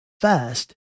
first